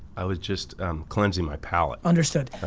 i was just cleansing my palette. understood.